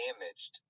damaged